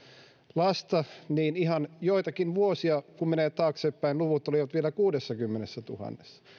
lasta niin kun menee ihan joitakin vuosia taaksepäin luvut olivat vielä kuudessakymmenessätuhannessa